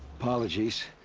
apologies.